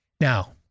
Now